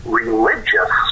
religious